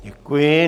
Děkuji.